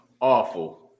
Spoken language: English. awful